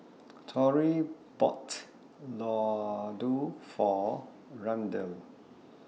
Torey bought Ladoo For Randel